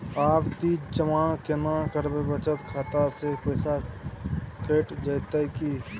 आवर्ति जमा केना करबे बचत खाता से पैसा कैट जेतै की?